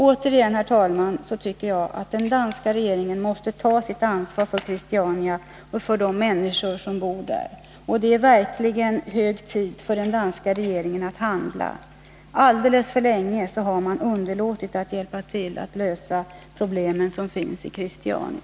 Återigen, herr talman: Jag tycker att den danska regeringen måste ta sitt ansvar för Christiania och de människor som bor där. Det är verkligen hög tid för den danska regeringen att handla. Alldeles för länge har man underlåtit att hjälpa till att lösa de problem som finns i Christiania.